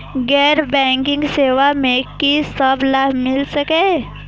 गैर बैंकिंग सेवा मैं कि सब लाभ मिल सकै ये?